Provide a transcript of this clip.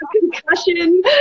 concussion